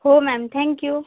हो ma'am thank you